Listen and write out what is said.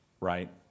right